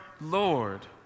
Lord